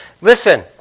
Listen